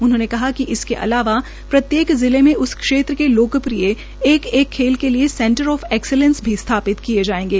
उन्होंने कहा कि इसके अलावा प्रत्येक जिले में इस क्षेत्र के लोकप्रिय एक एक खेल के लिए सेंटर आफ एक्सीलेंसी भी स्थापित किए जायेंगे